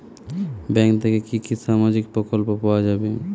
Bank থেকে কি কি সামাজিক প্রকল্প পাওয়া যাবে?